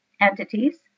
entities